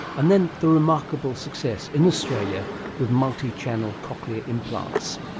and then the remarkable success in australia with multichannel cochlear implants.